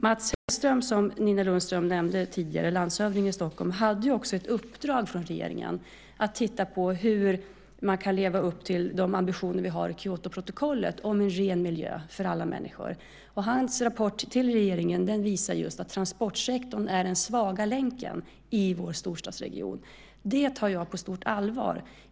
Mats Hellström, landshövdingen i Stockholm som Nina Lundström nämnde tidigare, hade ett uppdrag från regeringen att titta på hur man kan leva upp till ambitionerna i Kyotoprotokollet om en ren miljö för alla människor. Hans rapport till regeringen visar just att transportsektorn är den svaga länken i vår storstadsregion. Det tar jag på stort allvar.